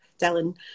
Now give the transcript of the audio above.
Dylan